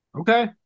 Okay